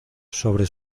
sobre